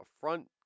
front